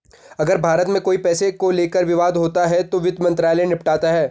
अगर भारत में कोई पैसे को लेकर विवाद होता है तो वित्त मंत्रालय निपटाता है